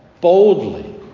boldly